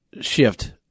shift